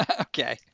Okay